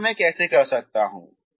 तो मैं यह कैसे करूं